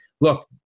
look